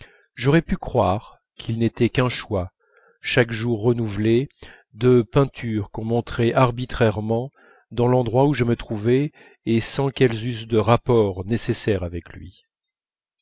j'aurais pu croire qu'ils n'étaient qu'un choix chaque jour renouvelé de peintures qu'on montrait arbitrairement dans l'endroit où je me trouvais et sans qu'elles eussent de rapport nécessaire avec lui